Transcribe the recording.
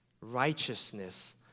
Righteousness